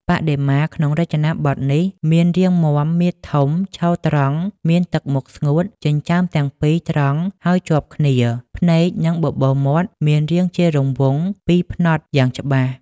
បដិមា ក្នុងរចនាបថនេះ មានរាងមាំ មាឌធំ ឈរត្រង់ មានទឹកមុខស្ងួត ចិញ្ចើមទាំងពីរត្រង់ហើយជាប់គ្នា ភ្នែកនិងបបូរមាត់មានរាងជារង្វង់ពីរផ្នត់ យ៉ាងច្បាស់ ។